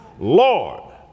Lord